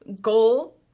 goal